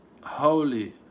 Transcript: holy